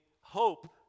hope